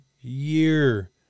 year